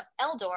Eldor